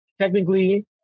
Technically